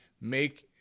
make